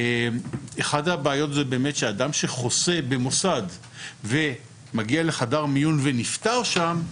אחת הבעיות היא שאדם שחוסה במוסד ומגיע לחדר מיון ונפטר שם,